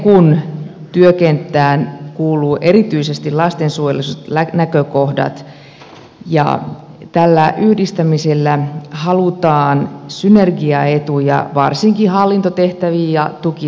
mekun työkenttään kuuluu erityisesti lastensuojelulliset näkökohdat ja tällä yhdistämisellä halutaan synergiaetuja varsinkin hallintotehtäviin ja tukitehtäviin